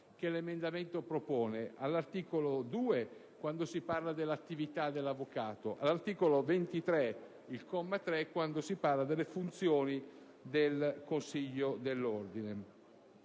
dall'emendamento: all'articolo 2, quando si parla dell'attività dell'avvocato; all'articolo 23, comma 3, quando si parla delle funzioni del Consiglio dell'ordine.